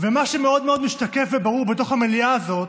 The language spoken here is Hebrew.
ומה שמאוד מאוד משתקף וברור בתוך המליאה הזאת